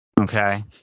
Okay